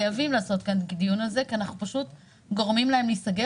חייבים לקיים דיון על זה כי אנחנו פשוט גורמים להם להיסגר